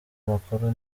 makuru